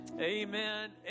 Amen